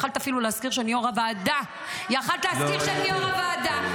יכולת אפילו להזכיר שאני יו"ר הוועדה.